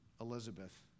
Elizabeth